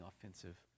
offensive